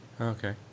Okay